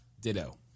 Ditto